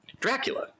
Dracula